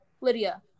Lydia